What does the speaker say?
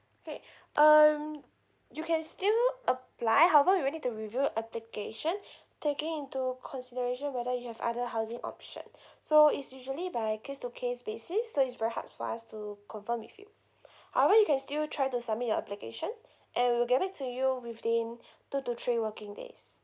okay um you can still apply however you will need to review application taking into consideration whether you have other housing option so it's usually by case to case basis so is very hard for us to confirm with you however you can still try to submit your application and we will get back to you within two to three working days